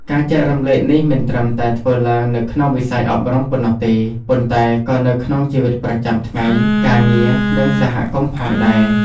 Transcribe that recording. ការចែករំលែកនេះមិនត្រឹមតែធ្វើឡើងនៅក្នុងវិស័យអប់រំប៉ុណ្ណោះទេ ប៉ុន្តែក៏នៅក្នុងជីវិតប្រចាំថ្ងៃ ការងារ និងសហគមន៍ផងដែរ។